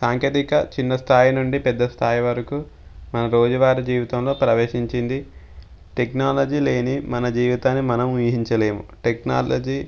సాంకేతిక చిన్న స్థాయి నుండి పెద్ద స్థాయి వరకు మన రోజువారి జీవితంలో ప్రవేశించింది టెక్నాలజీ లేని మన జీవితాన్ని మనం ఊహించలేము టెక్నాలజీ